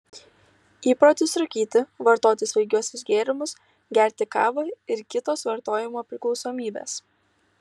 įprotis rūkyti vartoti svaigiuosius gėrimus gerti kavą ir kitos vartojimo priklausomybės